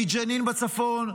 מג'נין בצפון,